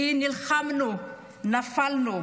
כי נלחמנו, נפלנו,